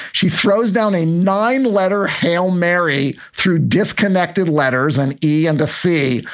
she throws down a nine letter hail mary through disconnected letters and e and a c.